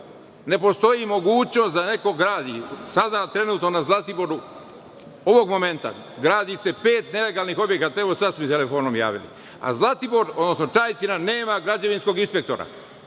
Ne postoji mogućnost da neko gradi. Sada trenutno na Zlatiboru, ovog momenta, gradi se pet nelegalnih objekata, evo, sada su mi telefonom javili, a Zlatibor, odnosno Čajetina, nema građevinskog inspektora